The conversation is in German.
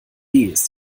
ist